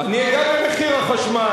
אולי תיגע במחיר החשמל,